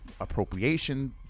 appropriation